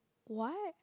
what